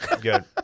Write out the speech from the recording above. Good